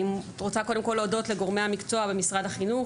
אני רוצה להודות לגורמי המקצוע ולמשרד החינוך